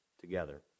together